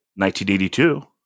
1982